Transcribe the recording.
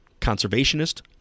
conservationist